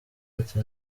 ati